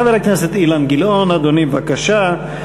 חבר הכנסת אילן גילאון, אדוני, בבקשה.